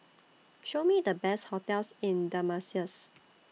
Show Me The Best hotels in Damascus